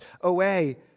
away